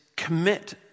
commit